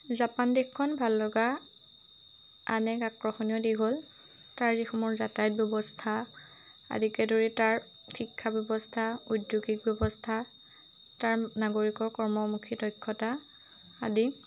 Japan দেশখন ভাল লগাৰ আন এক আকৰ্ষণীয় দিশ হ'ল তাৰ যিসমূহ যাতায়ত ব্যৱস্থা আদিকে ধৰি তাৰ শিক্ষা ব্যৱস্থা উদ্যোগিক ব্যৱস্থা তাৰ নাগৰিকৰ কৰ্মমুখী দক্ষতা আদি